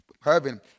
heaven